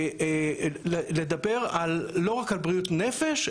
צריך לדבר לא רק על בריאות נפש,